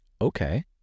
Okay